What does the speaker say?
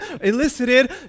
elicited